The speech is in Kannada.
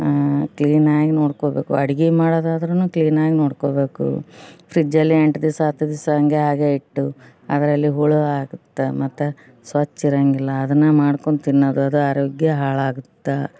ಕ್ಲೀನಾಗಿ ನೋಡ್ಕೊಳ್ಬೇಕು ಅಡ್ಗೆ ಮಾಡೋದಾದರೂನು ಕ್ಲೀನಾಗಿ ನೋಡ್ಕೊಳ್ಬೇಕು ಫ್ರಿಜ್ಜಲ್ಲಿ ಎಂಟು ದಿವ್ಸ ಹತ್ತು ದಿವ್ಸ ಹಾಗೆ ಹಾಗೆ ಇಟ್ಟು ಅದರಲ್ಲಿ ಹುಳ ಆಗುತ್ತೆ ಮತ್ತೆ ಸ್ವಚ್ಛ ಇರೋಂಗಿಲ್ಲ ಅದನ್ನು ಮಾಡ್ಕೊಂಡು ತಿನ್ನೋದು ಅದು ಆರೋಗ್ಯ ಹಾಳಾಗುತ್ತೆ